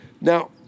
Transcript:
Now